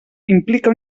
implica